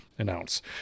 announce